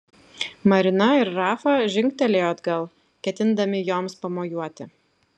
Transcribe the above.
marina ir rafa žingtelėjo atgal ketindami joms pamojuoti